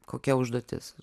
kokia užduotis